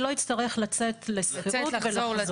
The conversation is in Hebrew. שלא יצטרך לצאת ולחזור.